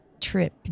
trip